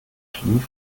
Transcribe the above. schlief